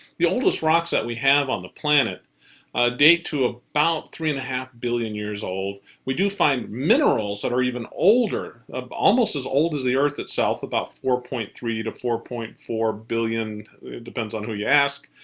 the oldest rocks that we have on the planet date to about three and a half billion years old. we do find minerals that are even older. almost as old as the earth itself. about four point three to four point four billion. it depends on who you ask.